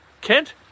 Kent